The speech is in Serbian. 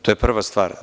To je prva stvar.